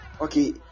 Okay